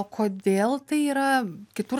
o kodėl tai yra kitur